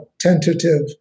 tentative